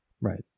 Right